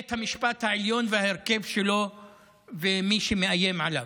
בית המשפט העליון וההרכב שלו ומי שמאיים עליו.